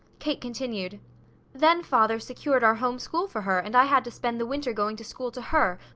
kate continued then father secured our home school for her and i had to spend the winter going to school to her,